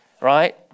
Right